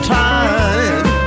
time